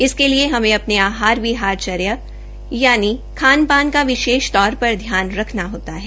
इसके लिए हमें अपनी आहार विहार चर्या अर्थात् खान पान का विशेष तौर पर ध्यान रखना होता है